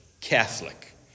Catholic